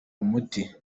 umuti